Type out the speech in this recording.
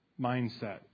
mindset